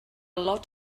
lot